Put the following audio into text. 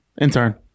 Intern